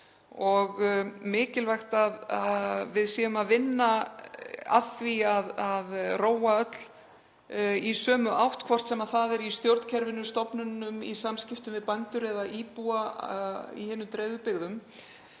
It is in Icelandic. og mikilvægt að við vinnum að því að róa öll í sömu átt, hvort sem það er í stjórnkerfinu, stofnununum, í samskiptum við bændur eða íbúa í hinum dreifðu byggðum,